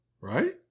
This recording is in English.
right